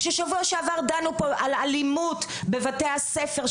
ששבוע שעבר דנו פה על אלימות בבתי הספר,